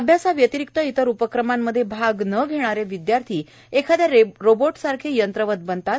अभ्यासाव्यतिरिक्त इतर उपक्रमांमध्ये भाग न घेणारे विदयार्थी एखाद्या रोबोट सारखे यंत्रवत बनतात